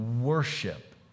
worship